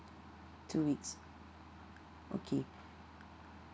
two weeks okay